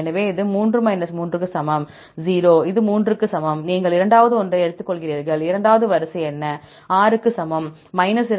எனவே இது 3 3 க்கு சமம் 0 இது 3 க்கு சமம் நீங்கள் இரண்டாவது ஒன்றை எடுத்துக்கொள்கிறீர்கள் இரண்டாவது வரிசை என்ன R க்கு சமம் 2 1